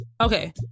okay